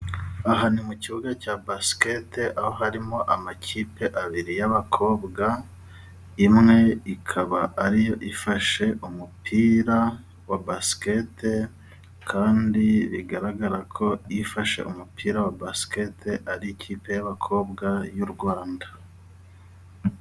Aha ni mu kibuga cya basikete aho harimo amakipe abiri y'abakobwa, imwe ikaba ariyo ifashe umupira wa basikete kandi bigaragara ko yifashe umupira wa basikete ari ikipe y'abakobwa y'u Rwanda.